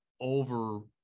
over